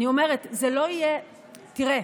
תראה,